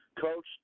Coach